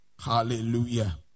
Hallelujah